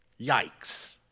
Yikes